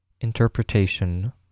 Interpretation